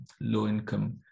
low-income